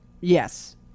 Yes